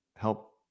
Help